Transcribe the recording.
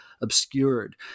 obscured